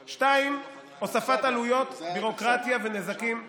שתיים, הוספת עלויות, ביורוקרטיה ונזקים לאזרחים,